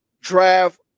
draft